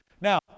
Now